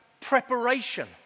preparation